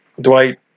Dwight